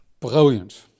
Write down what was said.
Brilliant